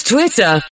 Twitter